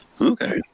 Okay